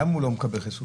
למה הוא לא מקבל חיסון?